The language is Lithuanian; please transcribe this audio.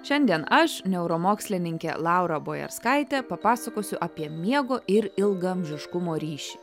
šiandien aš neuromokslininkė laura bojarskaitė papasakosiu apie miego ir ilgaamžiškumo ryšį